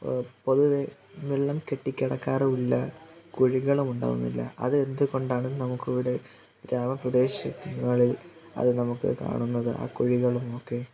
പൊതുവേ വെള്ളം കെട്ടി കിടക്കാറില്ല കുഴികളും ഉണ്ടാവുന്നില്ല അത് എന്തുകൊണ്ടാണ് നമുക്ക് ഇവിടെ ഗ്രാമ പ്രദേശങ്ങളിൽ അത് നമുക്ക് കാണുന്നത് ആ കുഴികളുമൊക്കെ